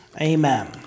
Amen